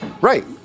Right